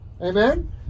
amen